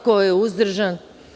Ko je uzdržan?